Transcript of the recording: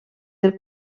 del